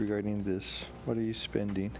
regarding this what are you spending